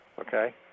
okay